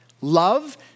love